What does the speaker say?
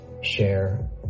share